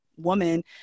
woman